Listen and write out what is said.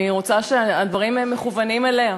אני רוצה, הדברים מכוונים אליה.